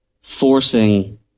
forcing